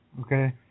Okay